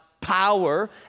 Power